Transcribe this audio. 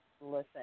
Listen